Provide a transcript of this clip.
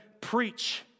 preach